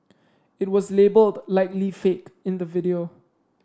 it was labelled Likely Fake in the video